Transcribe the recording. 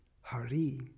Hari